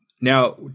Now